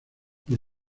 por